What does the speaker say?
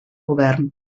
govern